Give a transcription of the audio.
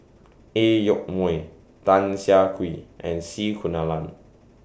A Yoke Mooi Tan Siah Kwee and C Kunalan